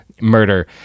murder